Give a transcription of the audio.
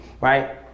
right